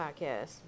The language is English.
podcast